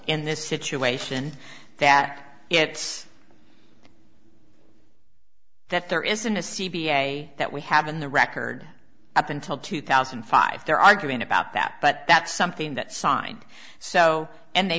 in this situation that it's that there isn't a c p a that we have in the record up until two thousand and five they're arguing about that but that's something that signed so and they